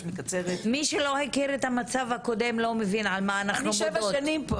מי שלא הכיר את המצב הקודם לא מבין על מה אנחנו מודות.